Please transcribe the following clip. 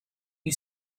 you